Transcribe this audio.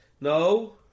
No